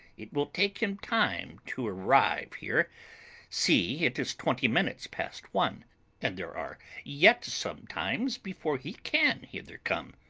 it will take him time to arrive here see, it is twenty minutes past one and there are yet some times before he can hither come,